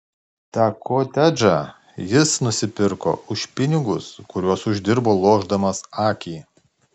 tą kotedžą jis nusipirko už pinigus kuriuos uždirbo lošdamas akį